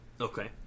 Okay